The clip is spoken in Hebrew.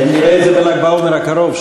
האם נראה את זה בל"ג בעומר הקרוב,